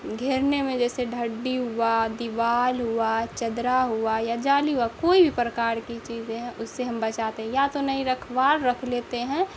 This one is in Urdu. گھیرنے میں جیسے ڈھڈی ہوا دیوار ہوا چدرا ہوا یا جالی ہوا کوئی بھی پرکار کی چیزیں ہیں اس سے ہم بچاتے ہیں یا تو نہیں رکھوال رکھ لیتے ہیں